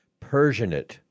persianate